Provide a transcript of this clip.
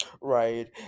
Right